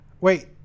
Wait